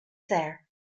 there